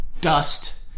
dust